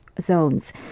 zones